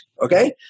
okay